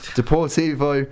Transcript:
Deportivo